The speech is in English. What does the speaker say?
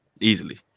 easily